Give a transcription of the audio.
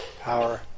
power